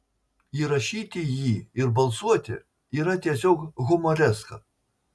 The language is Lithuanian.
įrašyti jį ir balsuoti yra tiesiog humoreska